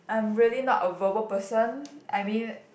I'm really not a verbal person I mean